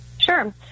Sure